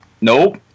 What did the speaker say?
nope